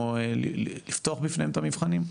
או לפתוח בפניהם את המבחנים?